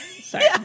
Sorry